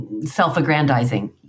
self-aggrandizing